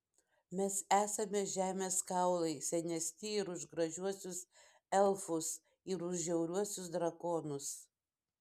mes esame žemės kaulai senesni ir už gražiuosius elfus ir už žiauriuosius drakonus